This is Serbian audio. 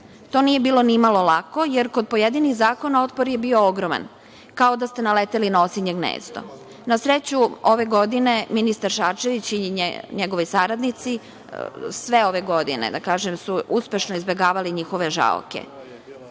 To nije bilo ni malo lako, jer kod pojedinih zakona otpor je bio ogroman, kao da ste naleteli na osinje gnezdo. Na sreću, ove godine ministar Šarčević i njegovi saradnici, sve ove godine, da kažem, su uspešno izbegavali njihove žaoke. Tako